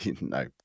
No